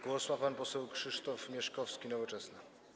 Głos ma pan poseł Krzysztof Mieszkowski, Nowoczesna.